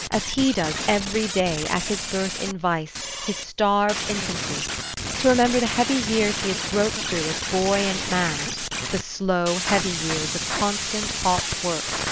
as he does every day, at his birth in vice, his starved infancy to remember the heavy years he has groped through as boy and man the slow, heavy years of constant, hot work.